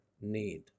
need